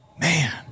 Man